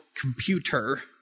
computer